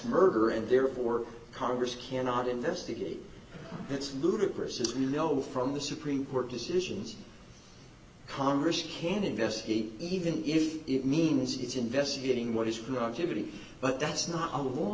murder and therefore congress cannot investigate it's ludicrous as we know from the supreme court decisions congress can investigate even if it means it's investigating what is rokeby but that's not a